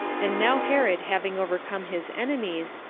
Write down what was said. and now herod having overcome his enemies,